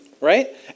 right